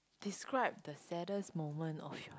describe the saddest moment of your